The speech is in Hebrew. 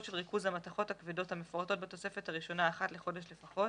של ריכוז המתכות הכבדות המפורטות בתוספת הראשונה אחת לחודש לפחות.